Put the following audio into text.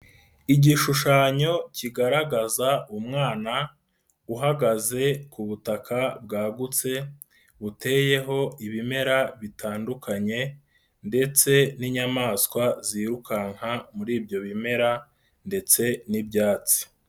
Igishushanyo kigaragaza umwana uhagaze ku butaka bwagutse, buteyeho ibimera bitandukanye ndetse n'inyamaswa zirukanka muri ibyo bimera ndetse n'ibyatsi.